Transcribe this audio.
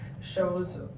shows